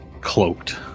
cloaked